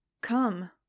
Come